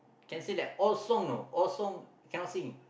can say like all song know all song cannot sing